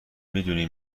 میدونی